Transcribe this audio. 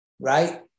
right